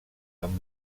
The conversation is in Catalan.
amb